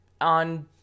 On